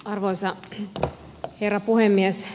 arvoisa herra puhemies